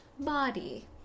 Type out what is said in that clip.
Body